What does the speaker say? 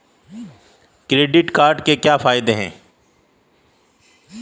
Credit card के क्या फायदे हैं?